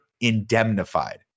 indemnified